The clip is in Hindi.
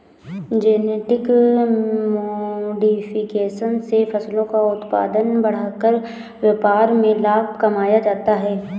जेनेटिक मोडिफिकेशन से फसलों का उत्पादन बढ़ाकर व्यापार में लाभ कमाया जाता है